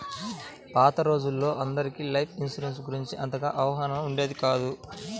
పాత రోజుల్లో అందరికీ లైఫ్ ఇన్సూరెన్స్ గురించి అంతగా అవగాహన ఉండేది కాదు